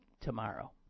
tomorrow